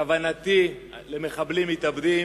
כוונתי למחבלים מתאבדים,